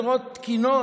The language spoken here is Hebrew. להביא דירות תקינות,